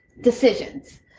decisions